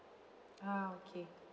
ah okay